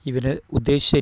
ഇവന് ഉദ്ദേശിച്ച രീതിയിൽ